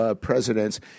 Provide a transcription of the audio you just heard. presidents